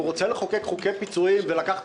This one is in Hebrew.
אם הוא רוצה לחוקק חוקי פיצויים ולקחת